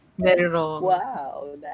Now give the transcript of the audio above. Wow